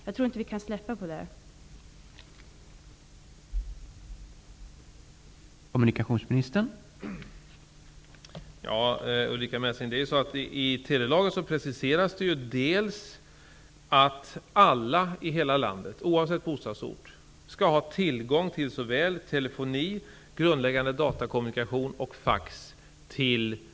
Jag tror inte vi kan släppa det ansvaret.